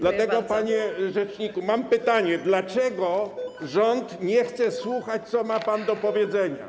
Dlatego, panie rzeczniku, mam pytanie: Dlaczego rząd nie chce słuchać, co ma pan do powiedzenia?